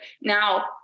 Now